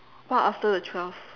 what after the twelve